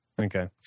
Okay